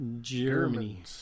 Germany